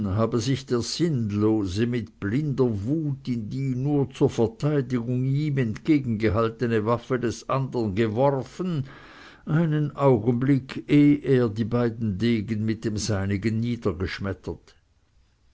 habe sich der sinnlose mit blinder wut in die nur zur verteidigung ihm entgegengehaltene waffe des andern geworfen einen augenblick ehe er die beiden degen mit dem seinigen niedergeschmettert